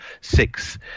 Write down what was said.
Six